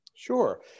Sure